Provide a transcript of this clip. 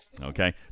okay